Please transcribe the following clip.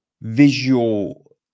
visual